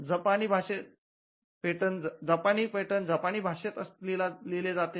जपानी पेटंट जपानी भाषेत लिहिले जाते